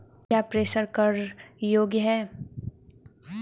क्या प्रेषण कर योग्य हैं?